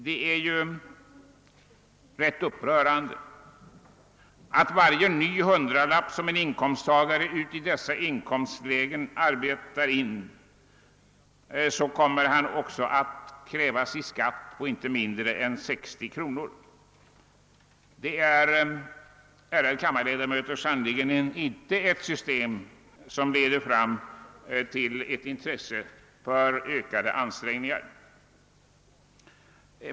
Det är ju rätt upprörande, att för varje ny hundralapp som en inkomsttagare i dessa inkomstlägen arbetar in kommer han att bli krävd på skatt med inte mindre än 60 kr. Det är, ärade kammarledamöter, sannerligen inte ett system, som leder fram till ett intresse för ökade ansträngningar.